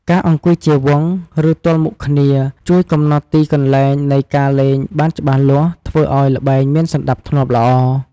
ការអង្គុយជាវង់ ឬទល់មុខគ្នាជួយកំណត់ទីកន្លែងនៃការលេងបានច្បាស់លាស់ ធ្វើឱ្យល្បែងមានសណ្ដាប់ធ្នាប់ល្អ។